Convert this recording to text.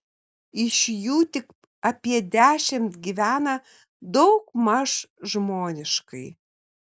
iš jų tik apie dešimt gyvena daugmaž žmoniškai